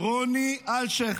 רוני אלשיך.